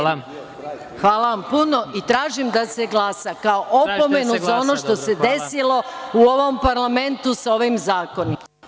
Hvala vam puno i tražim da se glasa, kao opomenu za ono što se desilo u ovom parlamentu sa ovim zakonima.